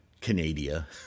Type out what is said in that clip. Canada